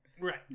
Right